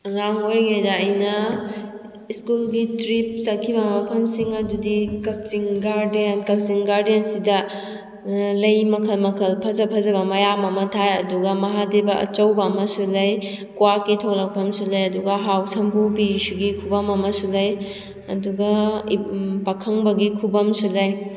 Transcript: ꯑꯉꯥꯡ ꯑꯣꯏꯔꯤꯉꯩꯗ ꯑꯩꯅ ꯁ꯭ꯀꯨꯜꯒꯤ ꯇ꯭ꯔꯤꯞ ꯆꯠꯈꯤꯕ ꯃꯐꯝꯁꯤꯡ ꯑꯗꯨꯗꯤ ꯀꯛꯆꯤꯡ ꯒꯥꯔꯗꯦꯟ ꯀꯛꯆꯤꯡ ꯒꯥꯔꯗꯦꯟꯁꯤꯗ ꯂꯩ ꯃꯈꯜ ꯃꯈꯜ ꯐꯖ ꯐꯖꯕ ꯃꯌꯥꯝ ꯑꯃ ꯊꯥꯏ ꯑꯗꯨꯒ ꯃꯍꯥꯗꯦꯕ ꯑꯆꯧꯕ ꯑꯃꯁꯨ ꯂꯩ ꯀ꯭ꯋꯥꯛꯀꯤ ꯊꯣꯂꯛꯐꯝꯁꯨ ꯂꯩ ꯑꯗꯨꯒ ꯍꯥꯎ ꯁꯝꯕꯨꯕꯤꯁꯤꯒꯤ ꯈꯨꯕꯝ ꯑꯃꯁꯨ ꯂꯩ ꯑꯗꯨꯒ ꯄꯥꯈꯪꯕꯒꯤ ꯈꯨꯕꯝꯁꯨ ꯂꯩ